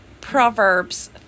Proverbs